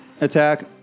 attack